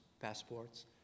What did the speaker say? passports